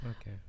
Okay